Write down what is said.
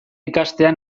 ikastea